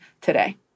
today